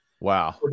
Wow